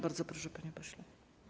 Bardzo proszę, panie pośle.